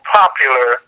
popular